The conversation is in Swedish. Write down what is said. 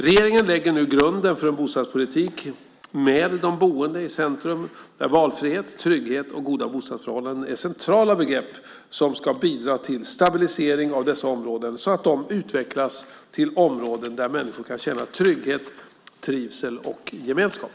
Regeringen lägger nu grunden för en bostadspolitik med de boende i centrum där valfrihet, trygghet och goda bostadsförhållanden är centrala begrepp och som ska bidra till stabilisering av dessa områden så att de utvecklas till områden där människor kan känna trygghet, trivsel och gemenskap.